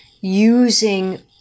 using